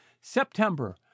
September